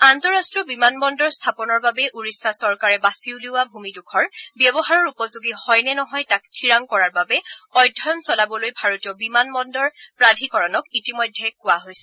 আন্তঃৰাষ্ট্ৰীয় বিমানবন্দৰ স্থাপনৰ বাবে ওড়িশা চৰকাৰে বাছি উলিওৱা ভূমিডোখৰ ব্যৱহাৰৰ উপযোগী হয়নে নহয় তাক ঠিৰাং কৰাৰ বাবে অধ্যয়ন চলাবলৈ ভাৰতীয় বিমানবন্দৰ প্ৰাধিকৰণক ইতিমধ্যে কোৱা হৈছে